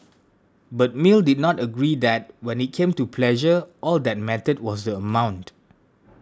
but Mill did not agree that when it came to pleasure all that mattered was the amount